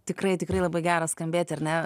tikrai tikrai labai gera skambėti ar ne